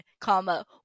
comma